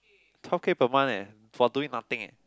twelve K per month eh for doing nothing eh